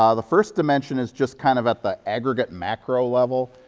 um the first dimension is just kind of at the aggregate macro-level